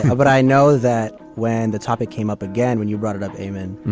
but i know that when the topic came up again. when you brought it up, aimen.